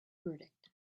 verdict